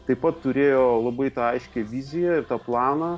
taip pat turėjo labai tą aiškią viziją ir tą planą